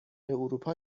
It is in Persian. اروپا